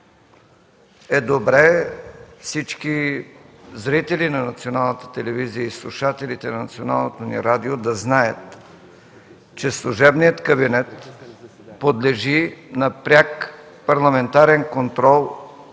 е добре всички зрители на Националната телевизия и слушателите на Националното ни радио да знаят, че служебният кабинет подлежи на пряк парламентарен контрол